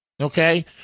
okay